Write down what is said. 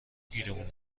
گیرمون